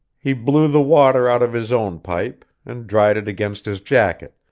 he blew the water out of his own pipe, and dried it against his jacket,